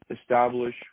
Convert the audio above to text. establish